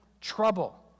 trouble